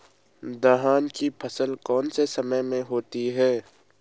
दलहन की फसल कौन से समय में होती है?